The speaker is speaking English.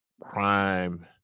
crime